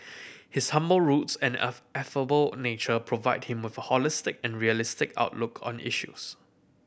his humble roots and affable nature provide him with a holistic and realistic outlook on issues